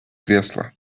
кресло